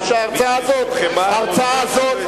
ההרצאה הזאת,